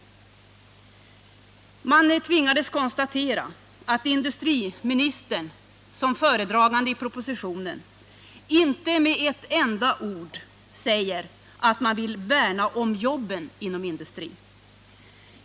De tvingades konstatera att industriministern såsom föredragande i propositionen inte med ett enda ord säger att man vill värna om jobben inom industrin.